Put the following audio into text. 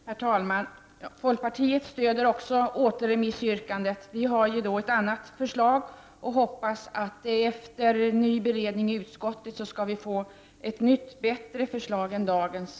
Herr talman! Även folkpartiet stöder återremissyrkandet. Vi har ett annat förslag, och vi hoppas att det efter en ny beredning i utskottet skall bli ett nytt och bättre förslag än dagens.